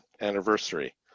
anniversary